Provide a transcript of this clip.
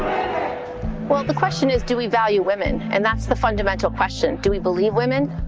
um um the question is do we value women? and that's the fundamental question. do we believe women?